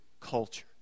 culture